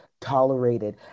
tolerated